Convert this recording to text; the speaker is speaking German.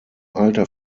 alter